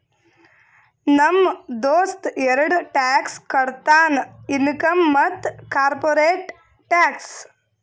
ನಮ್ ದೋಸ್ತ ಎರಡ ಟ್ಯಾಕ್ಸ್ ಕಟ್ತಾನ್ ಇನ್ಕಮ್ ಮತ್ತ ಕಾರ್ಪೊರೇಟ್ ಟ್ಯಾಕ್ಸ್